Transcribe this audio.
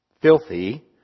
filthy